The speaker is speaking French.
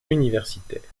universitaires